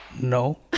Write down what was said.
No